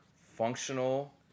functional